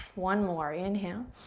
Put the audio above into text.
one more, inhale,